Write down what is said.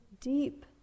deep